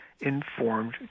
informed